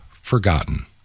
forgotten